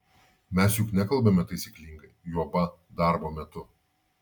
mes juk nekalbame taisyklingai juoba darbo metu